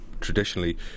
traditionally